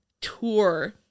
tour